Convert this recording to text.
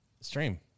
stream